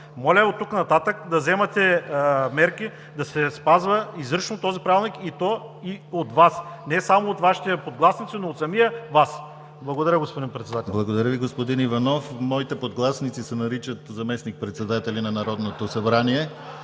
Моля от тук нататък да вземете мерки да се спазва изрично този Правилник и от Вас, не само от Вашите подгласници, но от самия Вас. Благодаря, господин Председател. ПРЕДСЕДАТЕЛ ДИМИТЪР ГЛАВЧЕВ: Благодаря Ви, господин Иванов. Моите подгласници се наричат заместник-председатели на Народното събрание.